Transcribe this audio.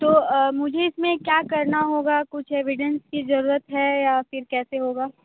तो मुझे इसमें क्या करना होगा कुछ एविडेंस की जरूरत हैं या फिर कैसे होगा